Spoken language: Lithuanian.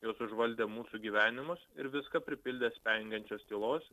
jos užvaldė mūsų gyvenimus ir viską pripildė spengiančios tylos